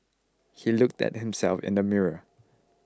he looked at himself in the mirror